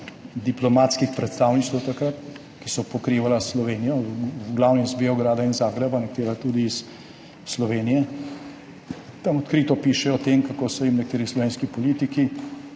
diplomatskih predstavništev, ki so pokrivala Slovenijo, v glavnem iz Beograda in Zagreba, nekatera tudi iz Slovenije. Tam odkrito pišejo o tem, kako so jim nekateri slovenski politiki